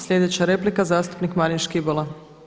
Sljedeća replika, zastupnik Marin Škibola.